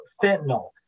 fentanyl